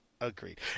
Agreed